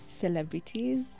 celebrities